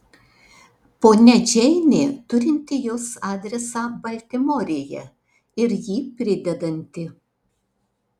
ponia džeinė turinti jos adresą baltimorėje ir jį pridedanti